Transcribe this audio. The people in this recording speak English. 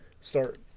start